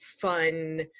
fun